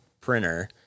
printer